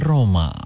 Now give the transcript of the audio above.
Roma